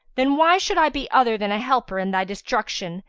then why should i be other than a helper in thy destruction,